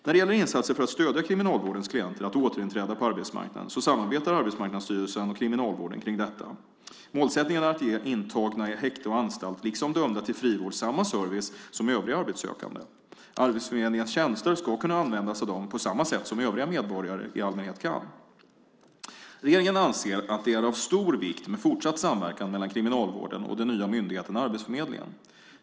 När det gäller insatser för att stödja Kriminalvårdens klienter att återinträda på arbetsmarknaden så samarbetar Arbetsmarknadsstyrelsen Ams - och Kriminalvården kring detta. Målsättningen är att ge intagna i häkte och anstalt liksom dömda till frivård samma service som övriga arbetssökande. Arbetsförmedlingens tjänster ska kunna användas av dem på samma sätt som övriga medborgare i allmänhet kan. Regeringen anser att det är av stor vikt med fortsatt samverkan mellan Kriminalvården och den nya myndigheten Arbetsförmedlingen.